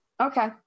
Okay